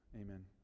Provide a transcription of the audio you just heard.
Amen